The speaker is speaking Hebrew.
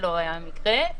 דבר שלא היה בסגר הקודם.